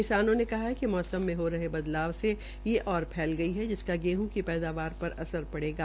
किसानों ने कहा है कि मौसम में हो रहे बदलाव से ये और फैल गई है जिसका गेहं की पैदावार पर असर पड़ेगा